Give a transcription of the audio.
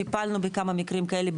טיפלנו בכמה מקרים כאלה,